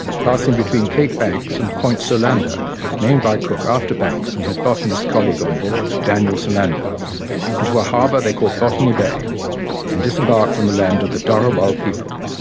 passing between cape banks and point solander named by cook after banks and his botanist colleague on board, daniel solander, so and into a harbour they called botany bay and disembarked on the land of the dharawal people.